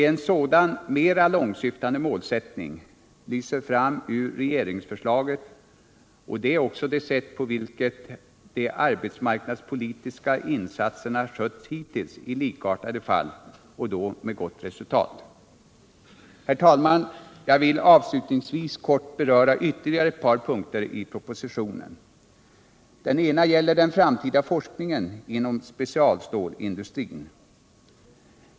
En sådan mera långtsyftande målsättning lyser fram ur regeringsförslaget, och det är också det sätt på vilket de arbetsmarknadspolitiska insatserna har skötts hittills i likartade fall och då med gott resultat. Herr talman! Jag vill avslutningsvis kort beröra ytterligare ett par punkter i propositionen. Den ena punkten gäller den framtida forskningen inom specialstålindustrin.